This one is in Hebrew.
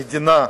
המדינה,